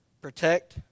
protect